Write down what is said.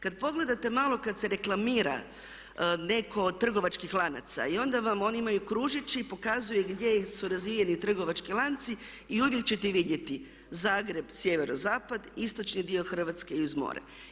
Kad pogledate malo kad se reklamira netko od trgovačkih lanaca i onda vam oni imaju kružić i pokazuje gdje su razvijeni trgovački lanci i uvijek ćete vidjeti Zagreb sjeverozapad, istočni dio Hrvatske i uz more.